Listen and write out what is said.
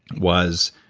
was.